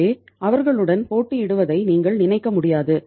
எனவே அவர்களுடன் போட்டியிடுவதை நீங்கள் நினைக்க முடியாது